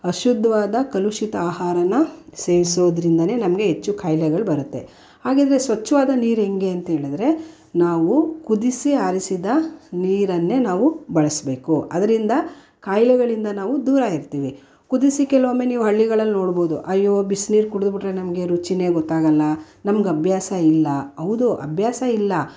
ಅಶುದ್ಧವಾದ ಕಲುಷಿತ ಆಹಾರನ ಸೇವಿಸೋದ್ರಿಂದಲೇ ನಮಗೆ ಹೆಚ್ಚು ಖಾಯ್ಲೆಗಳು ಬರುತ್ತೆ ಹಾಗಿದ್ರೆ ಸ್ವಚ್ಛವಾದ ನೀರು ಹೇಗೆ ಅಂತ್ಹೇಳದ್ರೆ ನಾವು ಕುದಿಸಿ ಆರಿಸಿದ ನೀರನ್ನೇ ನಾವು ಬಳಸಬೇಕು ಅದರಿಂದ ಖಾಯ್ಲೆಗಳಿಂದ ನಾವು ದೂರ ಇರ್ತೀವಿ ಕುದಿಸಿ ಕೆಲವೊಮ್ಮೆ ನೀವು ಹಳ್ಳಿಗಳಲ್ಲಿ ನೋಡ್ಬೋದು ಅಯ್ಯೋ ಬಿಸ್ನೀರು ಕುಡಿದ್ಬಿಟ್ರೆ ನಮಗೆ ರುಚಿಯೇ ಗೊತ್ತಾಗೋಲ್ಲ ನಮ್ಗೆ ಅಭ್ಯಾಸ ಇಲ್ಲ ಹೌದು ಅಭ್ಯಾಸ ಇಲ್ಲ